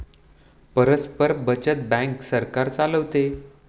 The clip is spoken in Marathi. परस्पर बचत बँक सरकार चालवते